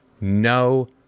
No